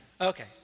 Okay